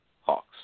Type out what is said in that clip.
Hawks